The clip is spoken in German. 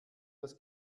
das